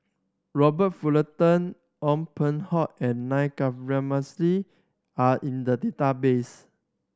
Robert Fullerton Ong Peng Hock and Na Govindasamy are in the database